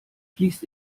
fließt